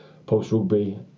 post-rugby